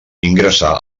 ingressà